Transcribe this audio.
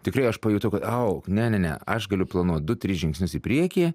tikrai aš pajutau kad au ne ne ne aš galiu planuot du tris žingsnius į priekį